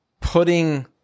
putting